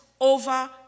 over